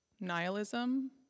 nihilism